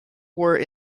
were